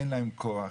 אין להם כוח,